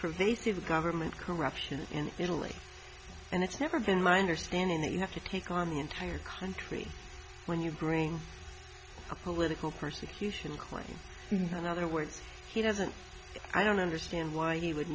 the government corruption in italy and it's never been my understanding that you have to take on the entire country when you bring a political persecution clinton in other words he doesn't i don't understand why he would